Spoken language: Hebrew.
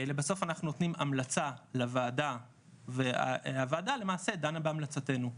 לבסוף אנחנו נותנים המלצה לוועדה והוועדה למעשה דנה בהמלצתנו.